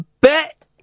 bet